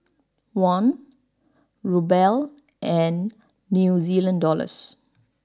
Won Ruble and New Zealand Dollars